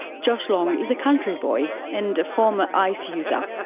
josh long is a country boy and a former ice user. ah